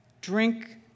Drink